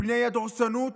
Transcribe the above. מפני הדורסנות